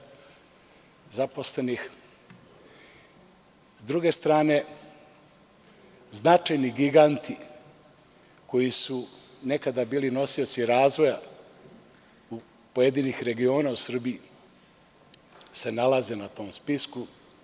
S druge strane, značajni giganti koji su nekada bili nosioci razvoja pojedinih regiona u Srbiji se nalaze na tom spisku.